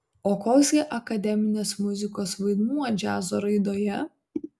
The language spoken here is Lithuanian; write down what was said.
o koks gi akademinės muzikos vaidmuo džiazo raidoje